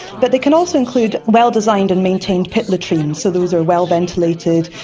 but they can also include well designed and maintained pit latrines, so those are well ventilated,